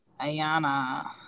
Ayana